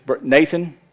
Nathan